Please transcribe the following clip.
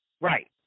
right